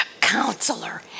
Counselor